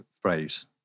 phrase